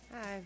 Hi